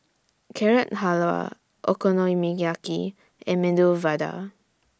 Carrot Halwa Okonomiyaki and Medu Vada